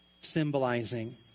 symbolizing